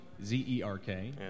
Z-E-R-K